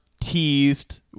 teased